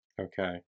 Okay